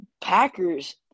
Packers